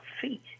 feet